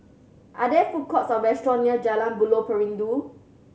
are there food courts or restaurants near Jalan Buloh Perindu